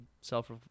self